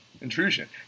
intrusion